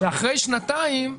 שאחרי שנתיים,